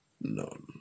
none